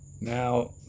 now